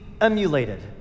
emulated